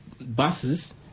buses